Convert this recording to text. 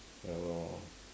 ya lor